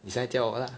你现在教我 lah